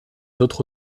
autres